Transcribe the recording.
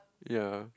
ya